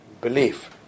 belief